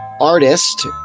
Artist